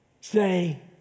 say